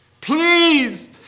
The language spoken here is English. Please